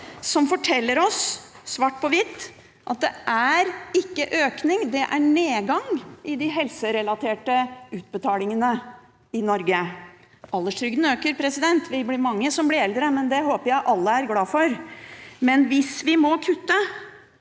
som forteller oss svart på hvitt at det er ikke økning, men nedgang i de helserelaterte utbetalingene i Norge. Alderstrygden øker – vi er mange som blir eldre, men det håper jeg alle er glad for. Men hvis vi må kutte,